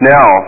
Now